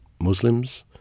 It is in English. Muslims